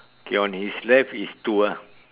K on his left is two ah